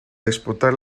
disputar